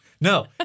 no